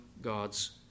God's